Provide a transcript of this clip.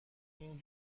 این